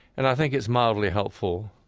and i think it's mildly helpful,